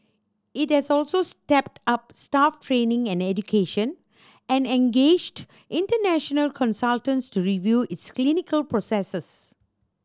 it has also stepped up staff training and education and engaged international consultants to review its clinical processes